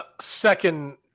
Second